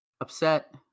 upset